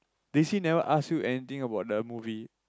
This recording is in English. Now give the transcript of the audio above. D_C never ask you anything about the movie